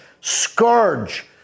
scourge